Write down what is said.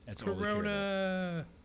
Corona